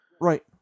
right